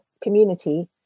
community